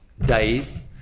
days